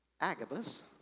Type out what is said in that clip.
Agabus